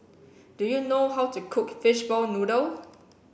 do you know how to cook fishball noodle